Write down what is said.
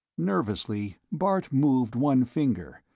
nervously bart moved one finger,